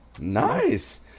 Nice